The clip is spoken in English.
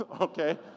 Okay